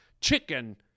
chicken